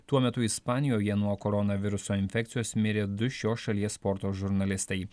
tuo metu ispanijoje nuo koronaviruso infekcijos mirė du šios šalies sporto žurnalistai